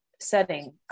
setting